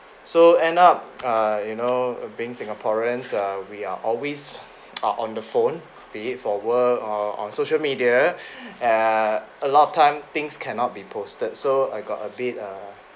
so end up uh you know uh being singaporeans uh we are always uh on the phone be it for work or on social media uh a lot of time things cannot be posted so I got a bit uh